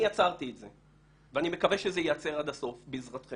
אני עצרתי את זה ואני מקווה שזה יעצר עד הסוף בעזרתכם.